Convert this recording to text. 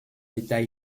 état